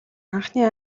анхны